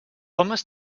homes